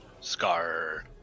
scar